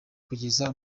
kugeza